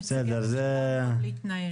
נציגי ממשלה צריכים להתנהל.